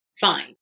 fine